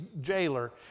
jailer